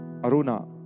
Aruna